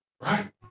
Right